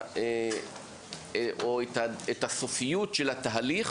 או את הסופיות של התהליך,